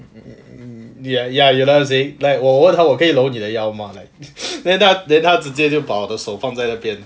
um ya ya you know what I'm saying like 我问她我可以搂你的腰吗 then 她 then 她直接就把我的手放在那边